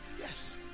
Yes